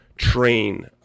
train